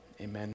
Amen